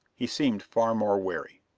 he seemed far more wary.